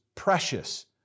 precious